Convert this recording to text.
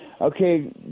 okay